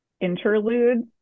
interludes